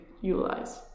utilize